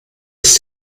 ist